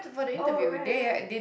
oh right right